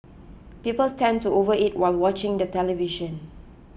people tend to overeat while watching the television